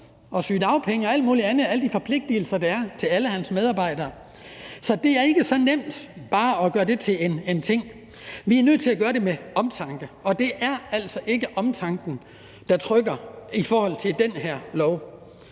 muligt andet – alle de forpligtigelser, der er – til alle sine medarbejdere. Så det er ikke bare en nem ting. Vi er nødt til at gøre det med omtanke, og det er altså ikke omtanken, der trykker, i forhold til det her